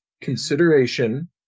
consideration